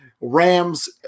Rams